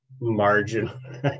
margin